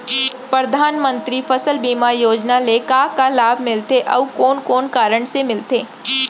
परधानमंतरी फसल बीमा योजना ले का का लाभ मिलथे अऊ कोन कोन कारण से मिलथे?